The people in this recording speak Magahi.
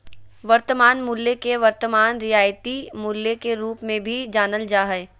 वर्तमान मूल्य के वर्तमान रियायती मूल्य के रूप मे भी जानल जा हय